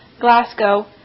Glasgow